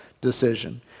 decision